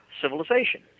civilization